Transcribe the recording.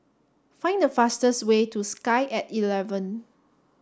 find the fastest way to Sky at eleven